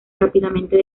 rápidamente